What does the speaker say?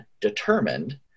determined